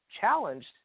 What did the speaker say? challenged